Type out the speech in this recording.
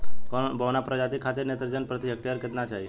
बौना प्रजाति खातिर नेत्रजन प्रति हेक्टेयर केतना चाही?